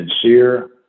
sincere